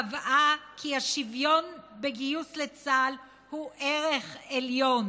קבעה כי השוויון בגיוס לצה"ל הוא ערך עליון,